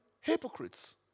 Hypocrites